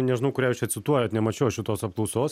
nežinau kurią jūs čia cituojat nemačiau aš šitos apklausos